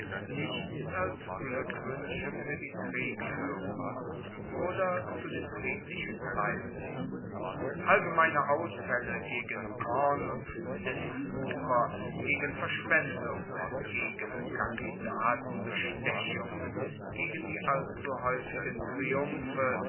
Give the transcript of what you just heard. nichts als glueckwuensche fuer die kriegfuehrung oder zu den friedlichen zeiten allgemeine ausfaelle gegen korn und zinswucher gegen verschwendung gegen kandidatenbestechung gegen die allzu haeufigen triumphe